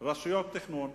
רשויות תכנון,